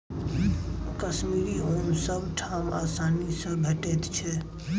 कश्मीरी ऊन सब ठाम आसानी सँ भेटैत छै